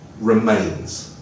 remains